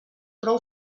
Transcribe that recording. prou